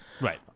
Right